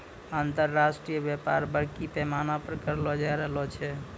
अन्तर्राष्ट्रिय व्यापार बरड़ी पैमाना पर करलो जाय रहलो छै